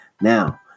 now